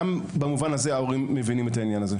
במובן הזה, ההורים מבינים את העניין הזה.